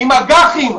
עם אג"חים?